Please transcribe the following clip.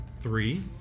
three